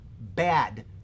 bad